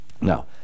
Now